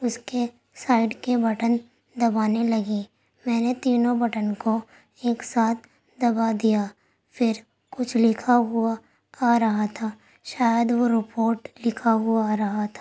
اس کے سائڈ کے بٹن دبانے لگی میں نے تینوں بٹن کو ایک ساتھ دبا دیا پھر کچھ لکھا ہوا آ رہا تھا شاید وہ رپوٹ لکھا ہوا آ رہا تھا